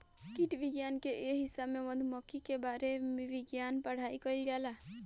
कीट विज्ञान के ए हिस्सा में मधुमक्खी के बारे वैज्ञानिक पढ़ाई कईल जाला